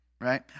Right